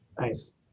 nice